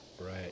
Right